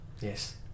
Yes